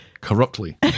corruptly